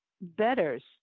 betters